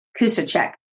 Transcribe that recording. Kusacek